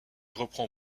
reprend